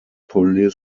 indiana